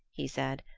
he said,